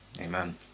Amen